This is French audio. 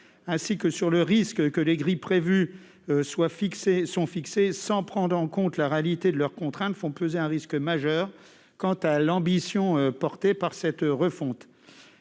ainsi que la possibilité que les grilles prévues soient fixées sans prendre en compte la réalité de leurs contraintes font peser un risque majeur sur l'ambition de cette refonte,